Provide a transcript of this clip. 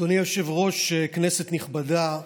אדוני היושב-ראש, כנסת נכבדה.